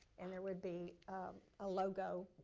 and there would be a logo,